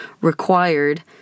required